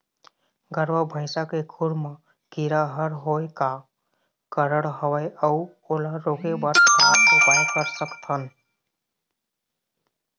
गरवा भैंसा के खुर मा कीरा हर होय का कारण हवए अऊ ओला रोके बर का उपाय कर सकथन?